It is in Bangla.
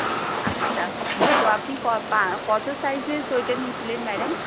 আচ্ছা তো আপনি ক পা কতো সাইজের সোয়েটার নিয়েছিলেন ম্যাডাম